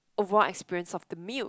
overall experience of the meal